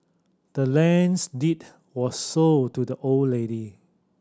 the land's deed was sold to the old lady